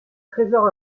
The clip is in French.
trésor